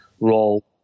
role